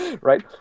right